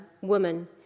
Woman